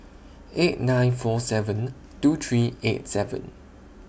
eight nine four seven two three eight seven